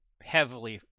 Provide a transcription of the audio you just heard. heavily